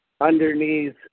underneath